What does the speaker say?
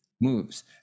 moves